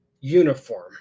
uniform